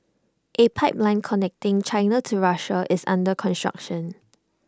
A pipeline connecting China to Russia is under construction